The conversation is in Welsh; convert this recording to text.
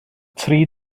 tri